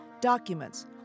documents